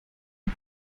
auf